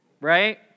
right